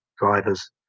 drivers